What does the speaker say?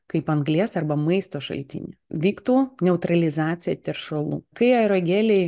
kaip anglies arba maisto šaltinį vyktų neutralizacija teršalų kai aerogeliai